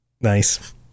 Nice